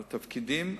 עם תפקידים,